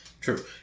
True